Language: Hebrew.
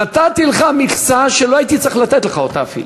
נתתי לך מכסה שלא הייתי צריך לתת לך אותה אפילו,